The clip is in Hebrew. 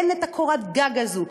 אין קורת הגג הזו.